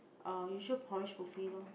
our usual porridge buffet lor